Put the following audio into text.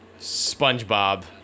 Spongebob